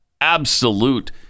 absolute